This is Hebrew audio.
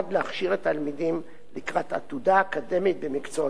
להכשיר את התלמידים לעתודה אקדמית במקצועות מדעיים.